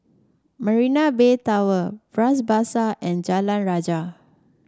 Marina Bay Tower Bras Basah and Jalan Rajah